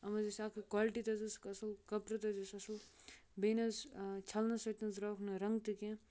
یِم حظ ٲسۍ اَکھ کالٹی تہِ حظ ٲسٕکھ اَصٕل کَپرُ تہِ حظ ٲسۍ اَصٕل بیٚیہِ نہٕ حظ چھَلنہٕ سۭتۍ نہ حظ درٛاوُکھ نہٕ رنٛگ تہِ کینٛہہ